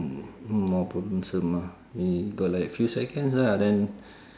more problemsome ah we got like few seconds lah then